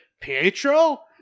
Pietro